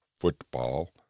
football